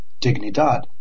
Dignidad